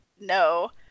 no